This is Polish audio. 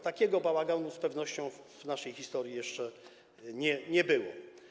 Takiego bałaganu z pewnością w naszej historii jeszcze nie było.